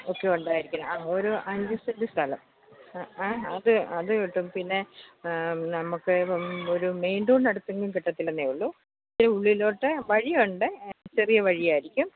ഒക്കെ ഉണ്ടായിരിക്കണം ഒരു അഞ്ച് സെൻറ്റ് സ്ഥലം ആ നമുക്ക് അത് കിട്ടും പിന്നെ ആ നമുക്ക് ഇപ്പം ഒരു മെയിൻ റോഡിനടുത്തിറങ്ങും കിട്ടത്തില്ലന്നേ ഉള്ളു ഉള്ളിലോട്ട് വഴി ഉണ്ട് ചെറിയ വഴി ആയിരിക്കും